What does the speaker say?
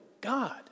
God